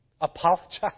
apologize